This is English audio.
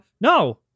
no